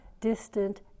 distant